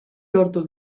lortu